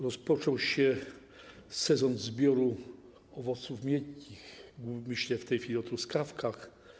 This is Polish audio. Rozpoczął się sezon zbioru owoców miękkich, myślę w tej chwili o truskawkach.